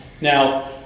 Now